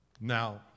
Now